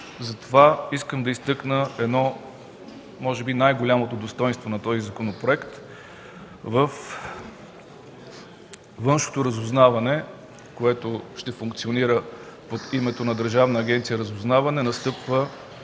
Затова искам да изтъкна най-голямото достойнство на този законопроект във външното разузнаване, което ще функционира под името Държавна агенция „Разузнаване” – настъпва